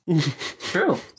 True